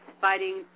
fighting